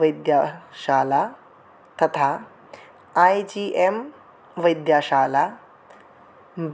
वैद्यशाला तथा A G M वैद्यशाला